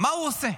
מה הוא עושה?